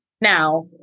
now